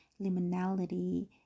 liminality